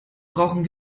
brauchen